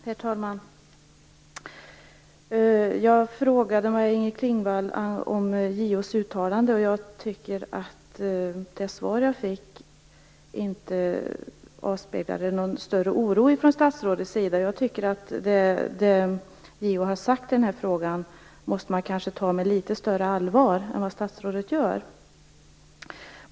Herr talman! Jag frågade Maj-Inger Klingvall om JO:s uttalande. Jag tycker att det svar jag fick inte avspeglade någon större oro hos statsrådet. Jag tycker att man måste ta det JO har sagt i den här frågan med litet större allvar än vad statsrådet gör.